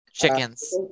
Chickens